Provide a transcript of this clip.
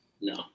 No